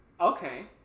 Okay